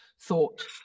thought